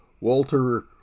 Walter